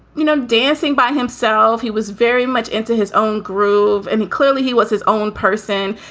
you know, dancing by himself. he was very much into his own groove. and clearly he was his own person.